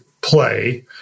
play